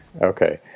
Okay